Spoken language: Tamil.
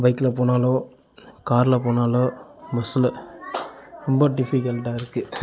பைக்கில் போனாலோ காரில் போனாலோ பஸ்ஸில் ரொம்ப டிஃபிகல்ட்டாக இருக்குது